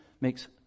makes